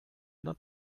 not